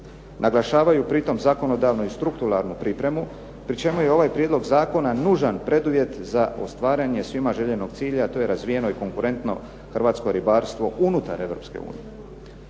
Naglašavaju pri tom zakonodavnu i strukturalnu pripremu pri čemu je ovaj Prijedlog zakona nužan preduvjet za ostvarivanje svima željenog cilja a to je razvijeno i konkurentno Hrvatsko ribarstvo unutar